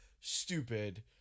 stupid